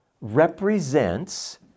represents